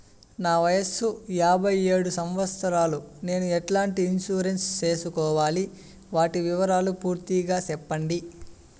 నా వయస్సు యాభై ఏడు సంవత్సరాలు నేను ఎట్లాంటి ఇన్సూరెన్సు సేసుకోవాలి? వాటి వివరాలు పూర్తి గా సెప్పండి?